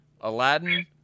Aladdin